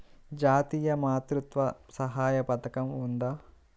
జాతీయ మాతృత్వ సహాయ పథకం ఉందా?